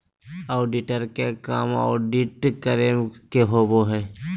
auditor के काम audit करे के होबो हइ